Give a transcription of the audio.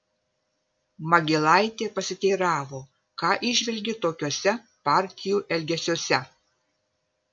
magylaitė pasiteiravo ką įžvelgi tokiuose partijų elgesiuose